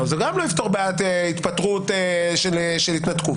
גם לא יפתור בעיית התפטרות של התנתקות.